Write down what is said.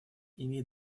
имеет